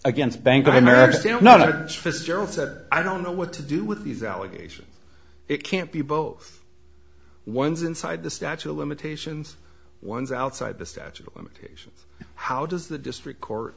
against bank of america still not that i don't know what to do with these allegations it can't be both once inside the statute of limitations one's outside the statute of limitations how does the district court